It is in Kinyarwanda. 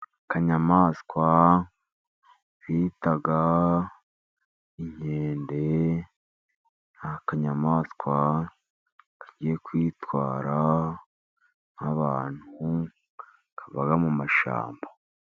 Akanyamaswa bita inkende, ni akanyamaswa kagiye kwitwara nk'abantu, kaba mu mashyamba.